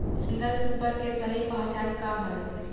Single super के सही पहचान का हई?